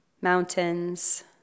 mountains